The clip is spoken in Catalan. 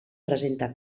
presenta